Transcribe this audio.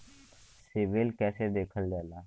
CIBIL कैसे देखल जाला?